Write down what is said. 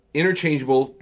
interchangeable